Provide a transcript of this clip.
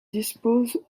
dispose